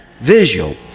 visual